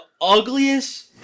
ugliest